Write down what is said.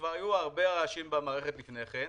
וכבר היו הרבה רעשים במערכת לפני כן,